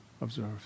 observed